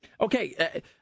Okay